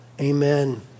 amen